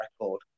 record